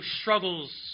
struggles